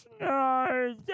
No